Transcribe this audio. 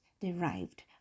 derived